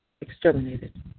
exterminated